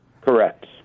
Correct